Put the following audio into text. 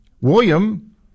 William